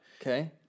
okay